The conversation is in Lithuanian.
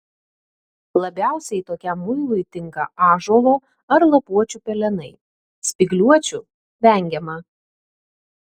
labiausiai tokiam muilui tinka ąžuolo ar lapuočių pelenai spygliuočių vengiama